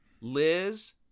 Liz